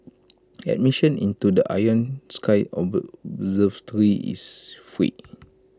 admission into the Ion sky observatory is free